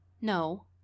No